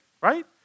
right